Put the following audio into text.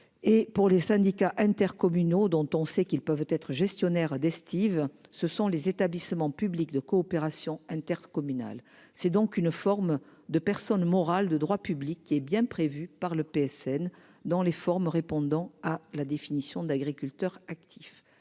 pour les syndicats intercommunaux dont on sait qu'ils peuvent être gestionnaire d'estive, ce sont les établissements publics de coopération intercommunale. C'est donc une forme de personne morale de droit public, il est bien prévu par le PSN dans les formes répondant à la définition d'agriculteurs actifs